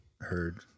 heard